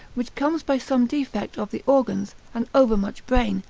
which comes by some defect of the organs, and overmuch brain,